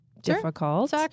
difficult